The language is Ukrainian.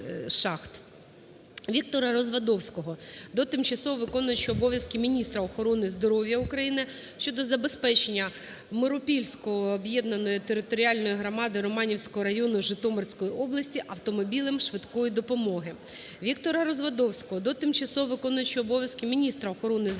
ВіктораРазвадовського до тимчасово виконуючої обов'язки міністра охорони здоров'я України щодо забезпечення Миропільської об'єднаної територіальної громади Романівського району Житомирської області автомобілем швидкої допомоги. ВіктораРазвадовського до тимчасово виконуючої обов'язки міністра охорони здоров'я України,